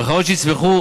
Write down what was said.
וחברות שיצמחו